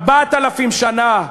4,000 שנה,